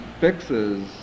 fixes